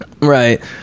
Right